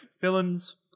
villains